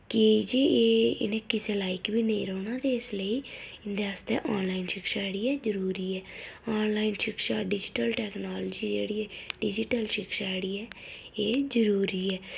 की जे एह् इ'नें किसै बी लायक नेईं रौह्ना ते इस लेई इं'दे आस्तै आनलाइन शिक्षा जेह्ड़ी ऐ जरूरी ऐ आनलाइन शिक्षा डीजिटल टेक्नोलाजी जेह्ड़ी ऐ डीजिटल शिक्षा जेह्ड़ी ऐ एह् जरूरी ऐ